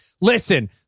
listen